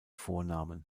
vornamen